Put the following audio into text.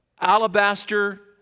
alabaster